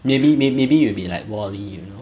maybe may maybe you will be like wall E you know